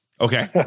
Okay